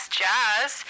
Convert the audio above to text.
jazz